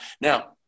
Now